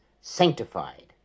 sanctified